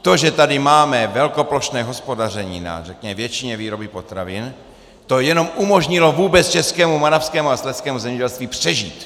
To, že tady máme velkoplošné hospodaření na řekněme většině výroby potravin, to jenom umožnilo vůbec českému, moravskému a slezskému zemědělství přežít.